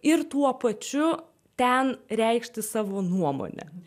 ir tuo pačiu ten reikšti savo nuomonę